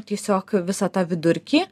tiesiog visą tą vidurkį